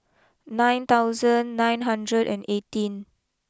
nine thousand nine hundred and eighteen